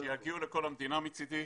מצדי שיגיעו לכל המדינה,